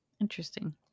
interesting